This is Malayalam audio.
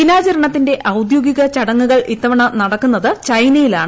ദിനാചരണത്തിന്റെ ഔദ്യോഗിക ചടങ്ങുകൾ ഇത്തവണ നടക്കുന്നത് ചൈനയിലാണ്